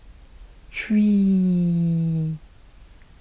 three